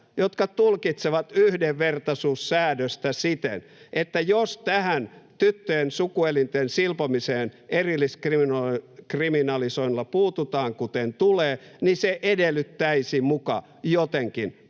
jotka tulkitsevat yhdenvertaisuussäännöstä siten, että jos tähän tyttöjen sukuelinten silpomiseen erilliskriminalisoinnilla puututaan, kuten tulee, se edellyttäisi muka jotenkin